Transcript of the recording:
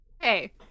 Hey